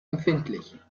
empfindlich